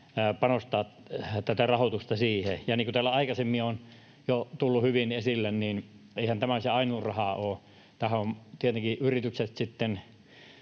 panostaa tätä rahoitusta. Niin kuin täällä aikaisemmin on jo tullut hyvin esille, niin eihän tämä ainut raha ole. Tähän yritykset